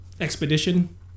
Expedition